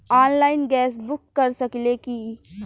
Online gas book कर सकिले की?